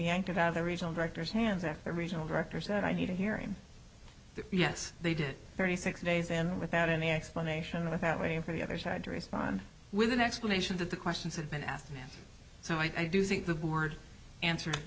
yanked it out of the regional directors hands after regional director said i need a hearing yes they did thirty six days and without any explanation without waiting for the other side to respond with an explanation that the questions have been asked so i do think the board answer